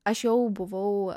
aš jau buvau